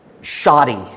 shoddy